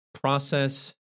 process